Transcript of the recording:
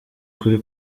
kuri